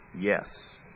Yes